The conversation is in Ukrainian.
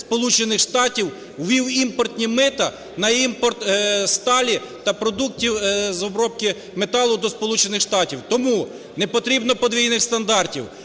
Сполучених Штатів Америки ввів імпортні мита на імпорт сталі та продуктів з обробки металу до Сполучених Штатів. Тому не потрібно подвійних стандартів.